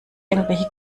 irgendwelche